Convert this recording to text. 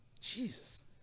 jesus